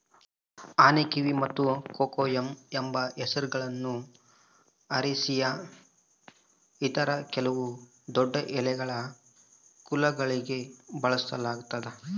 ಆನೆಕಿವಿ ಮತ್ತು ಕೊಕೊಯಮ್ ಎಂಬ ಹೆಸರುಗಳನ್ನು ಅರೇಸಿಯ ಇತರ ಕೆಲವು ದೊಡ್ಡಎಲೆಗಳ ಕುಲಗಳಿಗೆ ಬಳಸಲಾಗ್ತದ